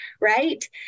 Right